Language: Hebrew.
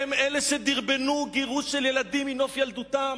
הם שדרבנו גירוש של ילדים מנוף ילדותם,